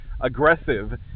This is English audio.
aggressive